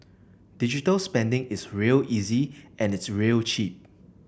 digital spending is real easy and it's real cheap